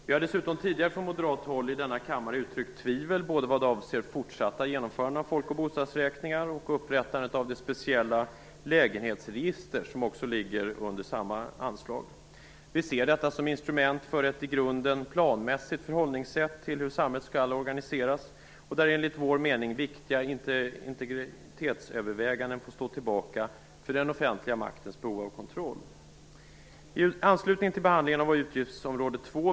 Vi har dessutom tidigare från moderat håll i denna kammare uttryckt tvivel vad avser både det fortsatta genomförandet av folk och bostadsräkningar och upprättandet av det speciella lägenhetsregister som ligger under samma anslag. Vi ser detta som instrument för ett i grunden planmässigt förhållningssätt till hur samhället skall organiseras, där enligt vår mening viktiga integritetsöverväganden får stå tillbaka för den offentliga maktens behov av kontroll.